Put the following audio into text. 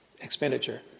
expenditure